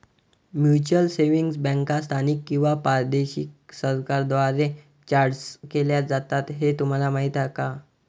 Mutual savings बँका स्थानिक किंवा प्रादेशिक सरकारांद्वारे चार्टर्ड केल्या जातात हे तुम्हाला माहीत का?